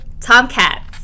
Tomcats